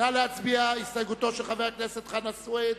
אנחנו עוברים להסתייגות (7).